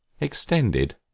extended